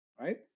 right